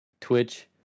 Twitch